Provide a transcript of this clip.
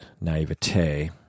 naivete